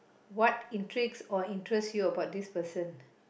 what intrigues or interest you about this person